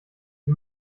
die